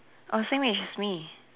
oh same age as me